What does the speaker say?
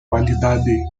qualidade